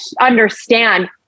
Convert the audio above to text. understand